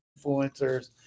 influencers